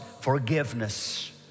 forgiveness